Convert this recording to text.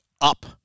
up